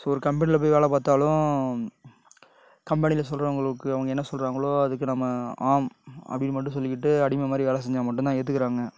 so ஒரு கம்பெனியில போய் வேலை பார்த்தாலும் கம்பெனியில சொல்றவங்களுக்கு அவங்க என்ன சொல்லுறாங்களோ அதுக்கு நம்ம ஆம் அப்படினு மட்டும் சொல்லிக்கிட்டு அடிமை மாதிரி வேலை செஞ்சால் மட்டும் தான் ஏற்றுக்குறாங்க